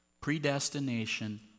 predestination